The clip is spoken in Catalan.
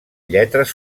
lletres